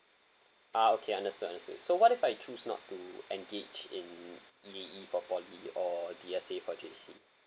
ah okay understand understand so what if I choose not to engage in for poly or D_S_A for J_C